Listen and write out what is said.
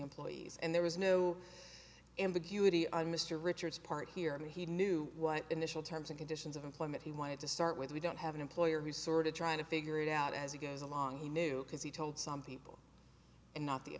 employees and there was no ambiguity on mr richards part here he knew what initial terms and conditions of employment he wanted to start with we don't have an employer who's sort of trying to figure it out as he goes along he knew because he told some people and not